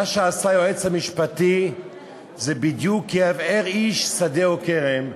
מה שעשה היועץ המשפטי זה בדיוק "כי יבער איש שדה או כרם".